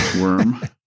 worm